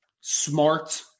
smart